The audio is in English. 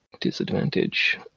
disadvantage